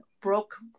broke